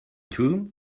too